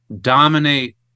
dominate